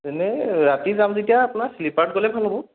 এনেই ৰাতি যাম যেতিয়া আপোনাৰ শ্লিপাৰত গ'লে ভাল হ'ব